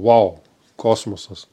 vau kosmosas